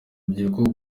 rubyiruko